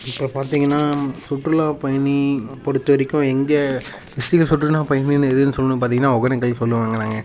இப்போ பார்த்தீங்கன்னா சுற்றுலா பயணி பொறுத்தவரைக்கும் எங்கே சுற்றுலா பயணினு எதுன்னு சொல்லணுன்னு பார்த்தீங்கன்னா ஒகேனக்கல் சொல்லுவோங்க நாங்கள்